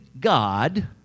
God